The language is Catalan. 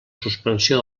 suspensió